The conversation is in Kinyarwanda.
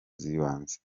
z’ibanze